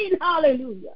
Hallelujah